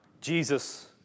Jesus